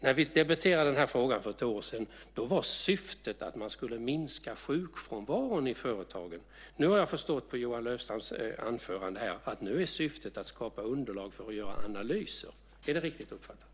När vi debatterade den här frågan för ett år sedan var syftet att man skulle minska sjukfrånvaron i företagen. Nu har jag förstått av Johan Löfstrands anförande att syftet är att skapa underlag för att göra analyser. Är det riktigt uppfattat?